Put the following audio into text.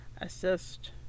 assist